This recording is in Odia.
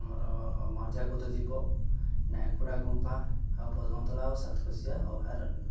ଆମର ମର୍ଜାକୁଦ ଦ୍ଵୀପ ନାୟକପଡ଼ା ଗୁମ୍ଫା ଆଉ ପଦ୍ମତୋଳା ଓ ସାତକୋଶିଆ ଅଭୟାରଣ୍ୟ